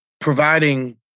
providing